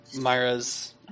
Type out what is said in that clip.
Myra's